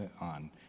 on